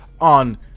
on